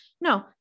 no